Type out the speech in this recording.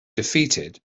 defeated